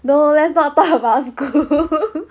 no let's not talk about school